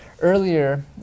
earlier